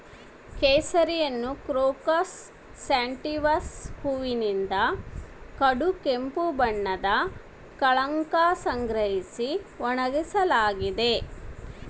ಕೇಸರಿಯನ್ನುಕ್ರೋಕಸ್ ಸ್ಯಾಟಿವಸ್ನ ಹೂವಿನಿಂದ ಕಡುಗೆಂಪು ಬಣ್ಣದ ಕಳಂಕ ಸಂಗ್ರಹಿಸಿ ಒಣಗಿಸಲಾಗಿದೆ